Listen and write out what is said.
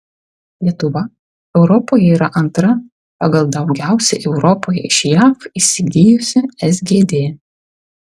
lietuva europoje yra antra pagal daugiausiai europoje iš jav įsigijusi sgd